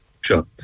Sure